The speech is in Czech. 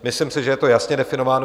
Myslím si, že je to jasně definováno.